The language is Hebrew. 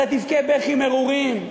אתה תבכה בכי מרורים,